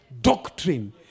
doctrine